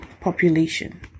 population